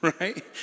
right